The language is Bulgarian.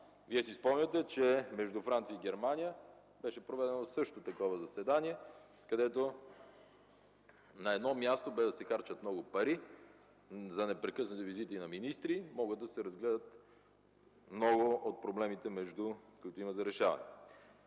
Вие си спомняте, че между Франция и Германия беше проведено също такова заседание, където на едно място, без да се харчат много пари за непрекъснати визити на министри, могат да се разгледат много от проблемите, които има за решаване.